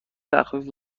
تخفیف